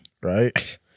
right